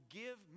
give